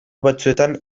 batzuetan